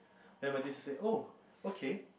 then my teacher said oh okay